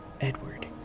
Edward